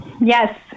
Yes